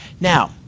Now